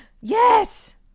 Yes